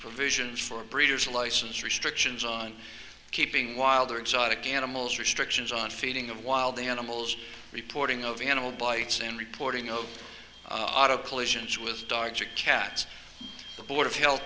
provisions for breeders license restrictions on keeping wild or exotic animals restrictions on feeding of wild animals reporting of animal bites in reporting of auto collisions with dogs or cats the board of health